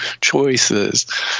choices